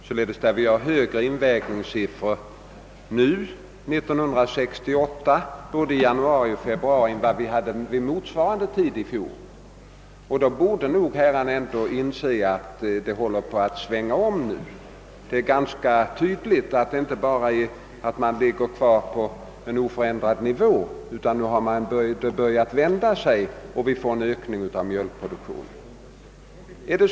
Invägningssiffrorna i januari och februari 1968 var högre än under motsvarande tid i fjol. Då borde nog herrarna ändå inse att det håller på att svänga om nu. Det är ganska tydligt att det har börjat bli en ökning av mjölkproduktionen.